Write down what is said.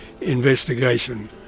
investigation